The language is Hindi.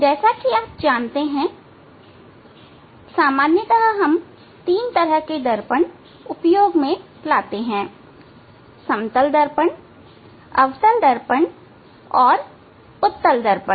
जैसा कि आप जानते हैं हम सामान्यतः 3 तरह के दर्पण उपयोग में लेते हैं समतल दर्पण अवतल दर्पण और उत्तल दर्पण